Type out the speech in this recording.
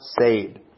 saved